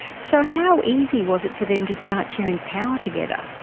so how easy was it for them to start sharing power together?